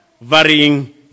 varying